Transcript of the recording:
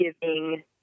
giving